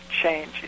change